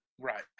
Right